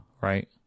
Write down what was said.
right